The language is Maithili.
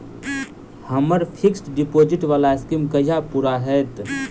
हम्मर फिक्स्ड डिपोजिट वला स्कीम कहिया पूरा हैत?